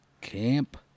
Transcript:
Camp